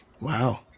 Wow